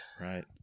Right